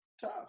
Tough